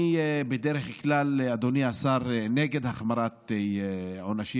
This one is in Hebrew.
אני בדרך כלל, אדוני השר, נגד החמרת עונשים.